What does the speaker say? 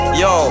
yo